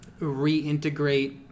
reintegrate